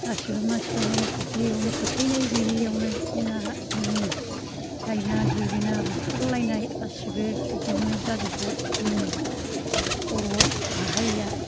गासिबो मानसिफ्रानो बिदिआवनो फोथायनाय गैयैआवनो एना एनि दायना जुबिना बुथारलायनाय गासिबो बिदियावनो जाजोबबाय जोंनि बर' माहारिया